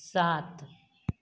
सात